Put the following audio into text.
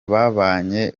babanye